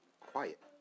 quiet